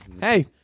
hey